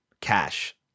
Cash